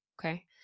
okay